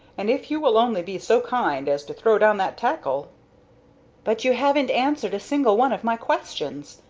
and if you will only be so kind as to throw down that tackle but you haven't answered a single one of my questions,